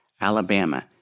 Alabama